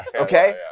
okay